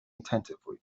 attentively